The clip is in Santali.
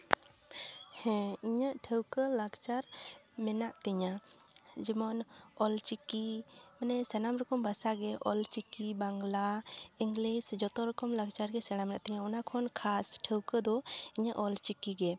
ᱦᱮᱸ ᱤᱧᱟᱹᱜ ᱴᱷᱟᱹᱣᱠᱟᱹ ᱞᱟᱠᱪᱟᱨ ᱢᱮᱱᱟᱜ ᱛᱤᱧᱟ ᱡᱮᱢᱚᱱ ᱚᱞ ᱪᱤᱠᱤ ᱢᱟᱱᱮ ᱥᱟᱱᱟᱢ ᱨᱚᱠᱚᱢ ᱵᱷᱟᱥᱟ ᱜᱮ ᱚᱞ ᱪᱤᱠᱤ ᱵᱟᱝᱞᱟ ᱤᱝᱞᱤᱥ ᱡᱚᱛᱚ ᱨᱚᱠᱚᱢ ᱞᱟᱠᱪᱟᱨ ᱜᱮ ᱥᱮᱬᱟ ᱢᱮᱱᱟᱜ ᱛᱤᱧᱟᱹ ᱚᱱᱟ ᱠᱷᱚᱱ ᱠᱷᱟᱥ ᱴᱷᱟᱹᱣᱠᱟᱹ ᱫᱚ ᱤᱧᱟᱹᱜ ᱚᱞ ᱪᱤᱠᱤ ᱜᱮ